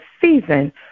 season